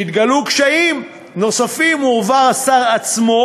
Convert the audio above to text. כשהתגלו קשיים נוספים, הועבר השר עצמו,